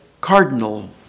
cardinal